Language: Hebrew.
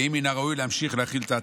ואם מן הראוי להמשיך להחיל את ההטבות.